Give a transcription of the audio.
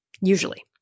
usually